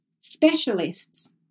specialists